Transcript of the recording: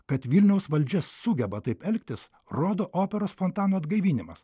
kad vilniaus valdžia sugeba taip elgtis rodo operos fontano atgaivinimas